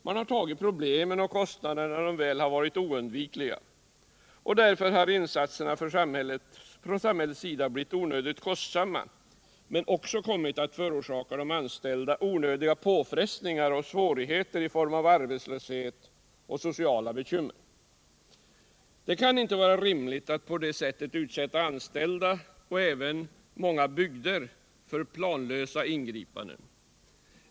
Man har tagit på sig kostnaderna när de väl blivit oundvikliga, och därför har samhällets insatser blivit onödigt kostsamma men också kommit att förorsaka de anställda onödiga påfrestningar och svårigheter i form av arbetslöshet och sociala bekymmer. Det kan inte vara rimligt att på detta sätt utsätta anställda och även många bygder för planlösa ingripanden.